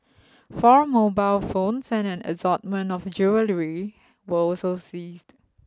four mobile phones and an assortment of jewellery were also seized